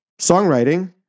songwriting